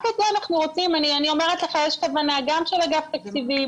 אני אומרת לך שיש כוונה, גם של אגף תקציבים,